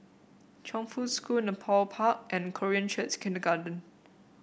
Chongfu School Nepal Park and Korean Church Kindergarten